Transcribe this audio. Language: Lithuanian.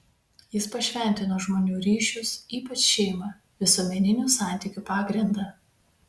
jis pašventino žmonių ryšius ypač šeimą visuomeninių santykių pagrindą